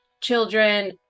children